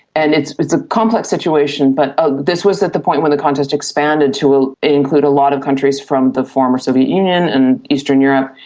and it's it's a complex situation but ah this was at the point when the contest expanded to ah include a lot of countries from the former soviet union and eastern europe,